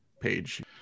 page